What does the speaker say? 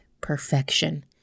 perfection